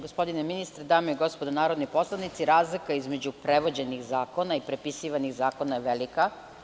Gospodine ministre, dame i gospodo narodni poslanici, razlika između prevođenih zakona i prepisivanih zakona je velika.